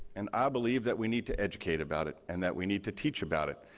and i believe that we need to educate about it and that we need to teach about it.